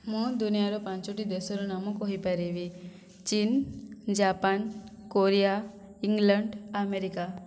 ମୁଁ ଦୁନିଆର ପାଞ୍ଚଟି ଦେଶର ନାମ କହିପାରିବି ଚୀନ ଜାପାନ କୋରିଆ ଇଂଲଣ୍ଡ ଆମେରିକା